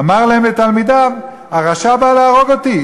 אמר להם לתלמידיו: הרשע בא להרוג אותי.